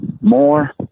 more